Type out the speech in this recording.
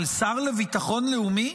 אבל שר לביטחון לאומי?